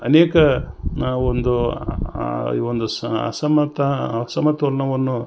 ಅನೇಕ ನಾವೊಂದು ಒಂದು ಸ ಅಸಮತ ಅಸಮತೋಲನವನ್ನು